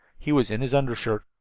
he was in his undershirt.